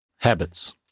Habits